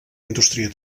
indústria